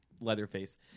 Leatherface